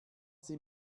sie